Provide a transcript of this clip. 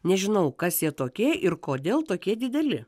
nežinau kas jie tokie ir kodėl tokie dideli